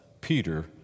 Peter